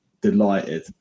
delighted